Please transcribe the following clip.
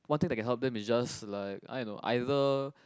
one thing that can help them is just like I know either